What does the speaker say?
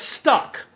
stuck